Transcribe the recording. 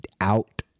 out